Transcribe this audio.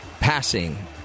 passing